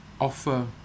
offer